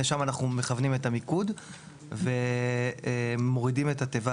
לשם אנחנו מכוונים את המיקוד ומורידים את התיבה